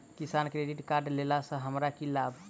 किसान credit card लेला सऽ हमरा की लाभ?